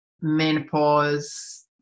menopause